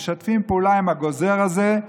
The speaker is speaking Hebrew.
שמשתפים פעולה עם הגוזר הזה.